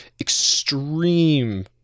extreme